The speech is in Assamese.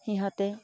সিহঁতে